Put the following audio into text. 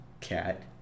Cat